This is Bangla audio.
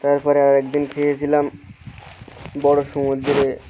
তারপরে আর একদিন খেয়েছিলাম বড়ো সমুদ্রে